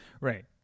Right